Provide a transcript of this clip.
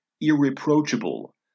irreproachable